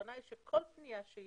הכוונה היא שכל פנייה שהיא,